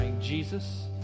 Jesus